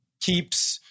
keeps